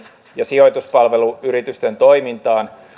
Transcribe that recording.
ja sijoituspalveluyritysten toimintaan